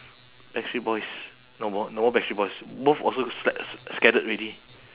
backstreet boys no more no more backstreet boys both also sca~ scattered already